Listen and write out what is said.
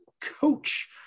coach